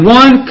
one